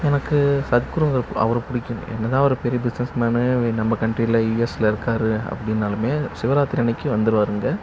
எனக்கு சத்குருங்கிற அவரை பிடிக்கும் என்ன தான் அவரு பெரிய பிஸ்னஸ் மேன்னு நம்ம கண்ட்ரியில் யுஎஸ்சில் இருக்கார் அப்படின்னாலுமே சிவராத்திரி அன்னிக்கு வந்துடுவாரு இங்கே